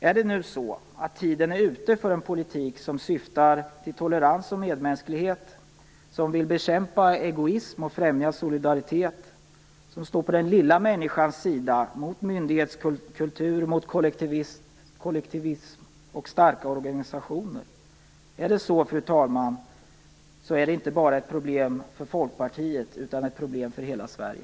Är det så att tiden är ute för en politik som syftar till tolerans och medmänsklighet, som vill bekämpa egoism och främja solidaritet, som står på den lilla människans sida mot myndighetskultur, kollektivism och starka organisationer? Är det så, fru talman, är det inte bara ett problem för Folkpartiet utan ett problem för hela Sverige.